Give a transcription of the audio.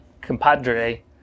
compadre